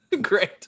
great